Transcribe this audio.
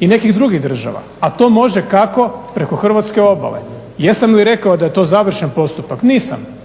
i nekih drugih država, a to može kako? Preko hrvatske obale. Jesam li rekao da je to završen postupak? Nisam.